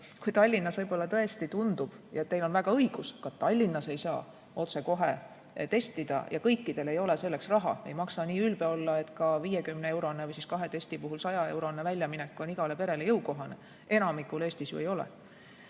on. Kui Tallinnas võib-olla tõesti tundub, ja teil on väga õigus, ka Tallinnas ei saa otsekohe testida ja kõikidel ei ole selleks raha, ei maksa nii ülbe olla, et 50-eurone või siis kahe testi puhul 100-eurone väljaminek on igale perele jõukohane, enamikule Eestis ju ei ole